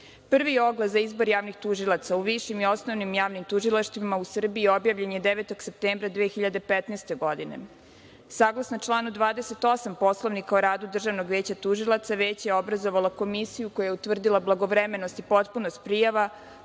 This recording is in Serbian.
ogled za izbor javnih tužilaca u višim i osnovnim javnim tužilaštvima u Srbiji objavljen je 9. septembra 2015. godine. Saglasno članu 28. Poslovnika o radu Državnog veća tužilaca, Veće je obrazovalo komisiju koja je utvrdila blagovremenost i potpunost prijava,